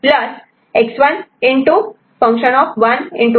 F0 x2 x3 xN x1